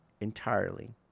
entirely